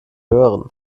hören